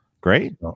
Great